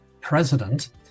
president